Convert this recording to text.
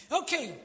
okay